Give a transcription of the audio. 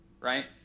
right